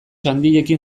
handiekin